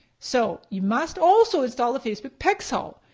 so you must also install the facebook pixel.